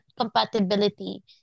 compatibility